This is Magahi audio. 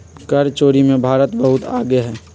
कर चोरी में भारत बहुत आगे हई